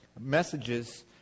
messages